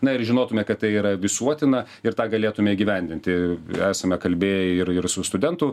na ir žinotume kad tai yra visuotina ir tą galėtume įgyvendinti esame kalbėję ir ir su studentų